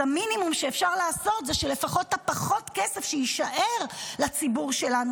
המינימום שאפשר לעשות זה שלפחות הפחות-כסף שיישאר לציבור שלנו,